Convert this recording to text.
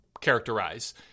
characterize